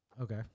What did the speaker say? Okay